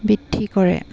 বৃদ্ধি কৰে